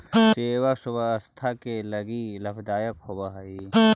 सेब स्वास्थ्य के लगी लाभदायक होवऽ हई